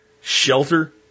shelter